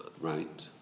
Right